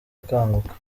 akanguka